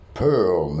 pearl